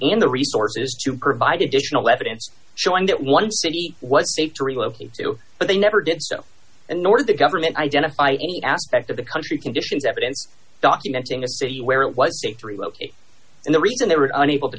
and the resources to provide additional evidence showing that one city was safe to relocate to but they never did so and nor did the government identify any aspect of the country conditions evidence documenting a city where it was three located and the reason they were unable to